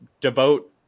devote